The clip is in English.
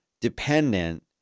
dependent